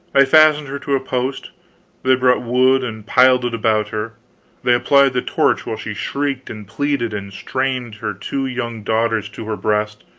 they fastened her to a post they brought wood and piled it about her they applied the torch while she shrieked and pleaded and strained her two young daughters to her breast